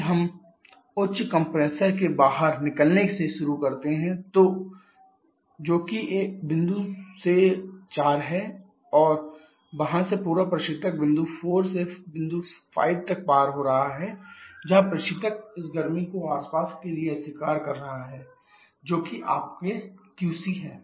यदि हम उच्च कंप्रेसर के बाहर निकलने से शुरू करते हैं जो कि बिंदु से 4 है तो वहां से पूरा प्रशीतक बिंदु 4 से बिंदु 5 तक पार हो रहा है जहां प्रशीतक इस गर्मी को आसपास के लिए अस्वीकार कर रहा है जो कि आपके QC है